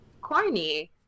corny